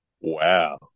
Wow